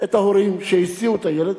את ההורים שהסיעו את הילד,